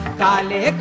kale